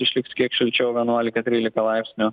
išliks kiek šilčiau vienuolika trylika laipsnių